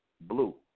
blue